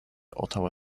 ottawa